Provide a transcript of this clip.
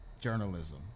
journalism